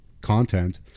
content